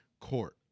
court